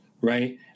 right